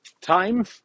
time